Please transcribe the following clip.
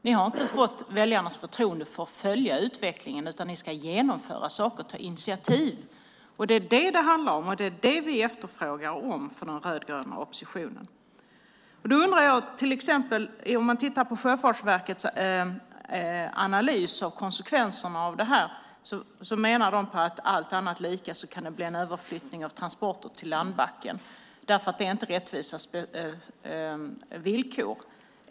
Ni har inte fått väljarnas förtroende för att följa utvecklingen, utan ni ska genomföra saker och ta initiativ. Det är vad det handlar om, och det är det vi från den rödgröna oppositionen efterfrågar. Om man tittar på Sjöfartsverkets analys av konsekvenserna av detta ser man att de menar att det allt annat lika kan bli en överflyttning av transporter till landbacken. Det är nämligen inte rättvisa villkor.